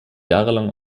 jahrelang